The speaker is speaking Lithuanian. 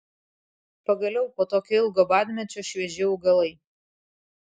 pagaliau po tokio ilgo badmečio švieži augalai